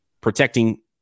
protecting